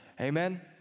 Amen